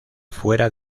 fuera